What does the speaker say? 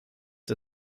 der